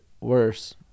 worse